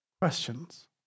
questions